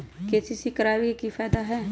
KYC करवाबे के कि फायदा है?